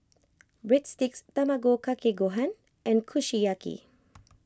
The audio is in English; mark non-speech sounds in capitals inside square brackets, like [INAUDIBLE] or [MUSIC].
[NOISE] Breadsticks Tamago Kake Gohan and Kushiyaki [NOISE]